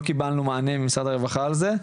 לא קיבלנו מענה ממשרד הרווחה על זה.